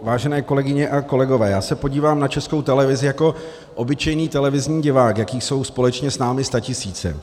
Vážené kolegyně a kolegové, já se podívám na Českou televizi jako obyčejný televizní divák, jakých jsou společně s námi statisíce.